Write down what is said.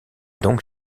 donc